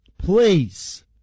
Please